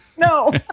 No